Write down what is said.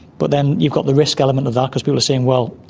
but then you've got the risk element of that, because people are saying, well,